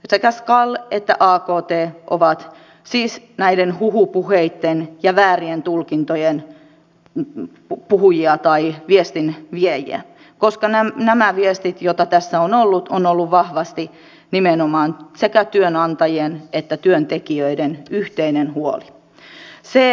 sekä skal että akt ovat siis näiden huhupuheitten ja väärien tulkintojen puhujia tai viestinviejiä koska nämä viestit joita tässä on ollut ovat olleet vahvasti nimenomaan sekä työnantajien että työntekijöiden yhteinen huoli